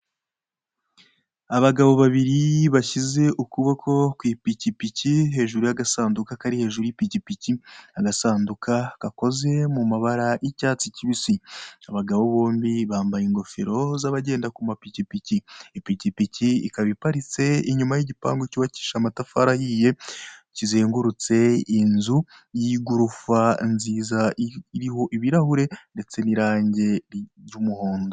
Abagabo babiri bashyize ukuboko ku ipikipiki, hejuru y'agasuka kari hejuru y'ipikipiki, agasuka gakoze mu mabara y'icyatsi kibisi. Abagabo bombi bambaye ingofero z'abagenda kuma pikipiki. Ipikipiki ikaba iparitse inyuma y'igipangu cyubakishije amatafari ahiye kizengurutse inzu y'igorofa nziza iriho ibirahure ndetse n'irangi ry'umuhondo.